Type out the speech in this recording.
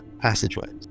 passageways